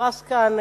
פרסת לפני,